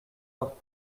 leur